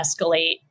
escalate